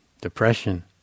depression